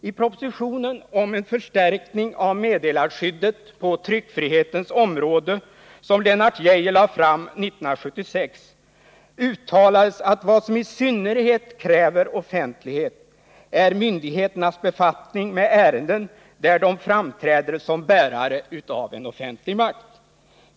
I propositionen om en förstärkning av meddelarskyddet på tryckfrihetens område, som Lennart Geijer lade fram 1976, uttalades att vad som i synnerhet kräver offentlighet är myndigheternas befattning med ärenden där myndigheterna framträder som bärare av offentlig makt.